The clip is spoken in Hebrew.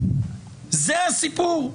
זה הסיפור.